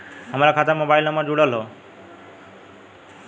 हमार खाता में मोबाइल नम्बर जुड़ल हो?